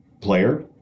player